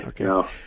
Okay